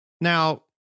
Now